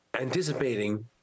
anticipating